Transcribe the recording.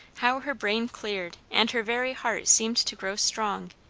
how her brain cleared, and her very heart seemed to grow strong,